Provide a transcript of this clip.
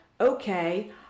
Okay